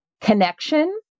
connection